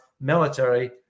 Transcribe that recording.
military